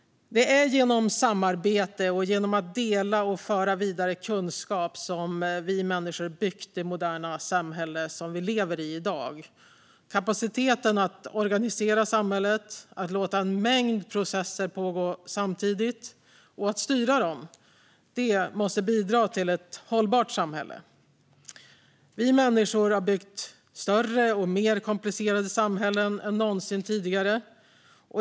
Det är genom samarbete och genom att dela och föra vidare kunskap som vi människor byggt det moderna samhälle vi i dag lever i. Kapaciteten att organisera samhället, att låta en mängd processer pågå samtidigt och att styra dem måste bidra till ett hållbart samhälle. Vi människor har byggt större och mer komplicerade samhällen än någonsin tidigare.